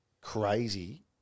crazy